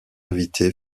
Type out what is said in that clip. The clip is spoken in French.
invité